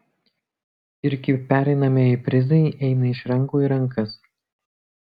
ir kaip pereinamieji prizai eina iš rankų į rankas